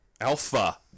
Alpha